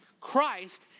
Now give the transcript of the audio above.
Christ